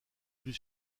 plus